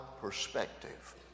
perspective